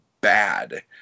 bad